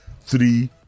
three